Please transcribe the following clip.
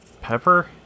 Pepper